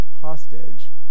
hostage